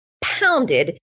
pounded